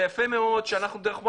זה יפה מאוד שדרך YNET,